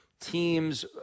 teams